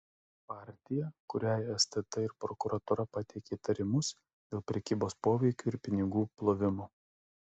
partija kuriai stt ir prokuratūra pateikė įtarimus dėl prekybos poveikiu ir pinigų plovimo